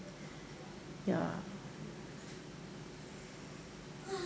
ya